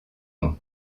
nom